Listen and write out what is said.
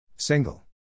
Single